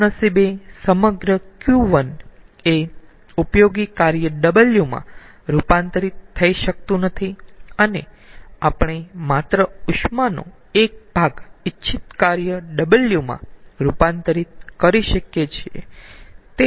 કમનસીબે સમગ્ર Q1 એ ઉપયોગી કાર્ય W માં રૂપાંતરિત થઈ શકતું નથી આપણે માત્ર ઉષ્માનો એક ભાગ ઇચ્છિત કાર્ય W માં રૂપાંતરિત કરી શકીયે છીએ